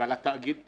ועל תאגיד השידור,